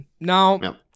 Now